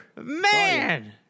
Man